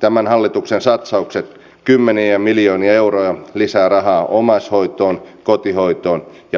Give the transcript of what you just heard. tämän hallituksen satsaukset kymmeniä miljoonia euroja lisää rahaa omaishoitoon kotihoitoon ja perhehoitoon